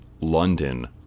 London